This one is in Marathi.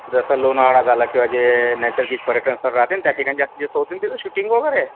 जसं लोणावळा झालं किंवा जे नैसर्गिक पर्यटनस्थळ राहते ना त्या ठिकाणी जास्तीत जास्त होते ना तिथं शूटिंग वगैरे